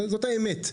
זאת האמת.